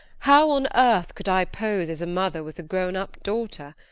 how on earth could i pose as a mother with a grown-up daughter?